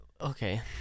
Okay